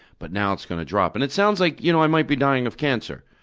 but now it's going to drop. and it sounds like you know i might be dying of cancer.